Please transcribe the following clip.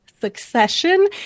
Succession